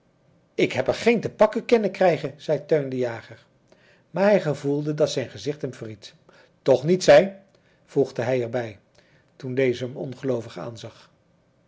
ik heb er geen te pakken kennen krijgen zei teun de jager maar hij gevoelde dat zijn gezicht hem verried toch niet sij voegde hij er bij toen deze hem